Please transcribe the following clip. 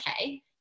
okay